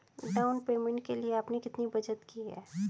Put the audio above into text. Down payment के लिए आपने कितनी बचत की है?